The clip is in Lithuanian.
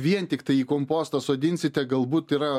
vien tiktai į kompostą sodinsite galbūt yra